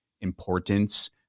importance